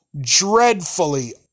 Dreadfully